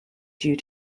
due